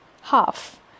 half